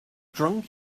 drunk